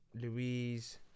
Louise